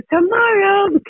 tomorrow